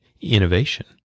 innovation